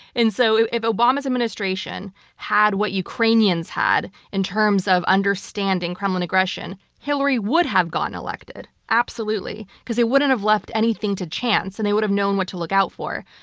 and so if obama's administration had what ukrainian's had in terms of understanding kremlin aggression, hillary would have gotten elected. absolutely. because they wouldn't have left anything to chance and they would have known what to look out for.